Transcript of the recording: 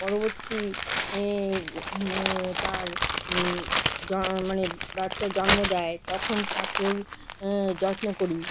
পরবর্তী তার মানে বাচ্চা জন্ম দেয় তখন তাকেও যত্ন করি